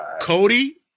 Cody